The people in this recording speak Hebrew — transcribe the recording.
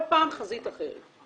יש להם כל פעם חזית אחרת.